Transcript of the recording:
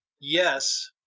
yes